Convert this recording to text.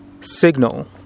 signal